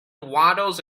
waddles